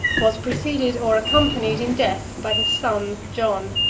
was preceded or accompanied in death by his son john,